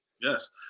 Yes